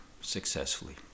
successfully